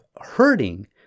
hurting